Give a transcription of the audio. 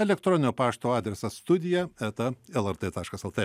elektroninio pašto adresas studija eta lrt taškas lt